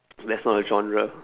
that's not a genre